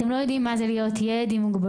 אתם לא יודעים מה זה להיות ילד עם מוגבלות,